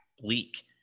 bleak